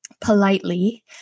politely